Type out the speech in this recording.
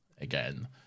again